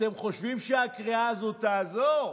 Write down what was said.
אתם חושבים שהקריאה הזו תעזור?